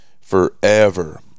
forever